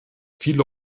viele